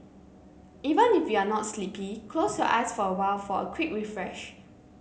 even if you are not sleepy close your eyes for a while for a quick refresh